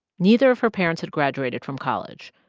neither of her parents had graduated from college.